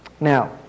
Now